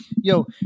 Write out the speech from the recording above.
yo